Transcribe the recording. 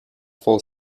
full